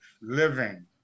living